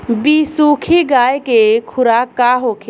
बिसुखी गाय के खुराक का होखे?